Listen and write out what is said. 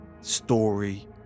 story